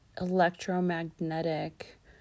electromagnetic